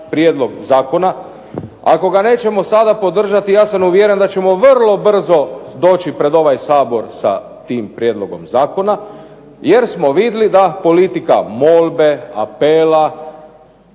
prijedlog zakona. Ako ga nećemo sada podržati ja sam uvjeren da ćemo vrlo brzo doći pred ovaj Sabor sa tim prijedlogom zakona jer smo vidjeli da politika molbe, apela,